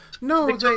No